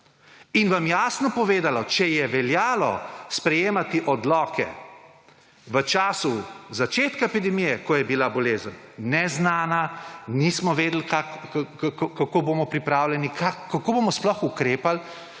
in vam jasno povedalo, če je veljalo sprejemati odloke v času začetka epidemije, ko je bila bolezen neznana, nismo vedeli kako bomo pripravljeni, kako bomo sploh ukrepali.